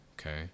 Okay